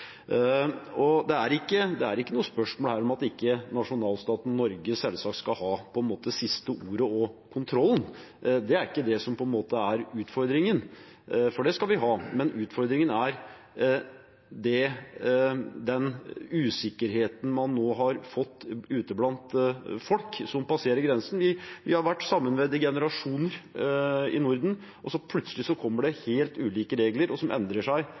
Det er ikke noe spørsmål om nasjonalstaten Norge selvsagt skal ha det siste ordet og kontrollen. Det er ikke utfordringen, for det skal vi ha. Utfordringen er den usikkerheten man nå har fått ute blant folk som passerer grensen. Vi har vært sammenvevd i generasjoner i Norden, og plutselig kommer det helt ulike regler, som endrer seg